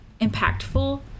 impactful